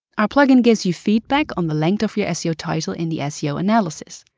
our plugin gives you feedback on the length of your seo title in the ah seo analysis.